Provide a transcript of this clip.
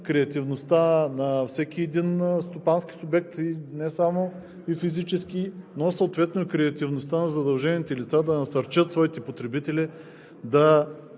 креативността на всеки един стопански субект и не само физически, но съответно и креативността на задължените лица да насърчат своите потребители да